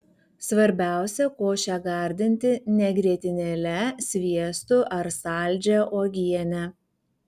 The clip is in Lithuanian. svarbiausia košę gardinti ne grietinėle sviestu ar saldžia uogiene